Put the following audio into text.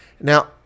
Now